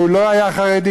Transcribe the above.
שלא היה חרדי,